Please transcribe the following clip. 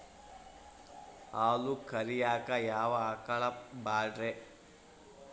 ಹಾಲು ಕರಿಯಾಕ ಯಾವ ಆಕಳ ಪಾಡ್ರೇ?